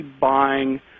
buying